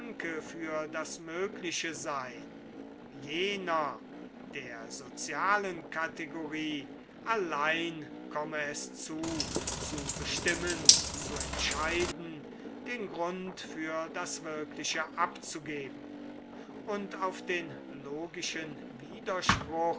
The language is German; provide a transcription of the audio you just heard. für das mögliche sein jener der sozialen kategorie allein komme es zu zu bestimmen zu entscheiden den grund für das wirkliche abzugeben o und auf den logischen widerspruch